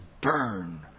burn